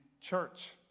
church